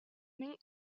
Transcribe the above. mink